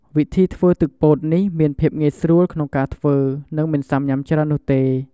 វិធីធ្វើទឹកពោត នេះមានភាពងាយស្រួលក្នុងការធ្វើ និងមិនសាំញ៉ាំច្រើននោះទេ។